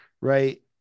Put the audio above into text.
right